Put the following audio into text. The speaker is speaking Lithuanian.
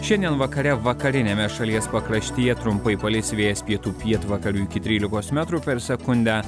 šiandien vakare vakariniame šalies pakraštyje trumpai palis vėjas pietų pietvakarių iki trylikos metrų per sekundę